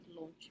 launch